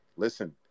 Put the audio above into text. Listen